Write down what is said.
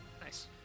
Nice